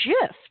shift